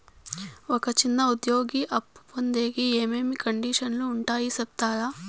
ఒక చిన్న ఉద్యోగి అప్పు పొందేకి ఏమేమి కండిషన్లు ఉంటాయో సెప్తారా?